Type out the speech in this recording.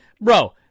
Bro